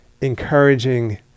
encouraging